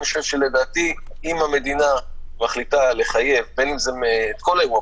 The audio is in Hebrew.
לדעתי אם המדינה מחליטה לחייב את כל האירוע,